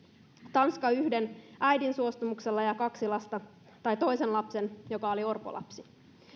tanska yhden äidin suostumuksella ja toisen lapsen joka oli orpolapsi